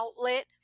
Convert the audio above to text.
outlet